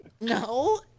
No